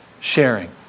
Sharing